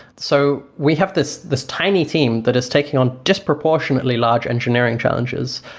so we have this this tiny team that is taking on disproportionately large engineering challenges,